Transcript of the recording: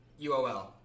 UOL